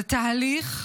זה תהליך,